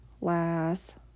last